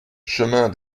chemin